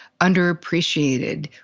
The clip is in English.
underappreciated